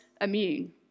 immune